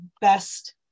best